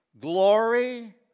Glory